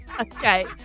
Okay